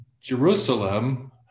Jerusalem